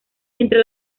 entre